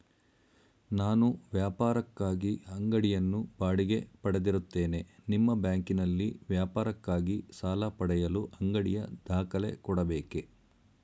ನಾನು ವ್ಯಾಪಾರಕ್ಕಾಗಿ ಅಂಗಡಿಯನ್ನು ಬಾಡಿಗೆ ಪಡೆದಿರುತ್ತೇನೆ ನಿಮ್ಮ ಬ್ಯಾಂಕಿನಲ್ಲಿ ವ್ಯಾಪಾರಕ್ಕಾಗಿ ಸಾಲ ಪಡೆಯಲು ಅಂಗಡಿಯ ದಾಖಲೆ ಕೊಡಬೇಕೇ?